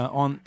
on